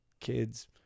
kids